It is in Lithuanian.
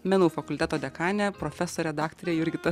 menų fakulteto dekanė profesorė daktarė jurgita